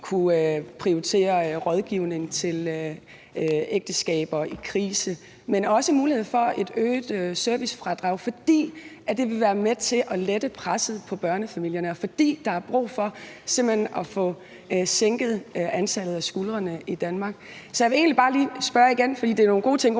kunne prioritere rådgivning til ægteskaber i krise, men også mulighed for et øget servicefradrag, fordi det vil være med til at lette presset på børnefamilierne, fordi der er brug for simpelt hen at få sænket skuldrene i Danmark. Det er nogle gode ting